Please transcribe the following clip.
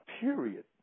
period